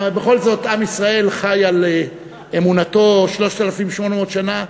אבל בכל זאת עם ישראל חי על אמונתו 3,800 שנה,